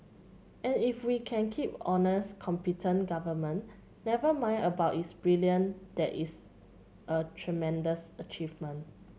and if we can keep honest competent government never mind about its brilliant that is a tremendous achievement